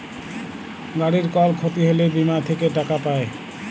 গাড়ির কল ক্ষতি হ্যলে বীমা থেক্যে টাকা পায়